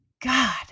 God